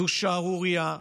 זאת שערורייה.